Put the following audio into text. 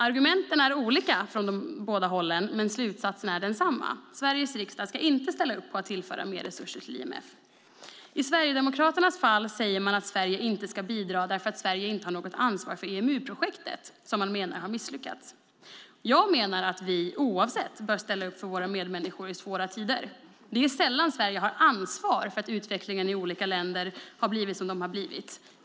Argumenten är olika från de båda hållen men slutsatsen är densamma: Sveriges riksdag ska inte ställa upp på att tillföra mer resurser till IMF. I Sverigedemokraternas fall säger man att Sverige inte ska bidra därför att Sverige inte har något ansvar för EMU-projektet, som man menar har misslyckats. Jag menar att vi oavsett det bör ställa upp för våra medmänniskor i svåra tider. Det är sällan som Sverige har ansvar för att utvecklingen i olika länder har blivit som den har blivit.